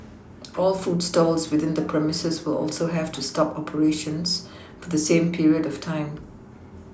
all food stalls within the premises will also have to stop operations for the same period of time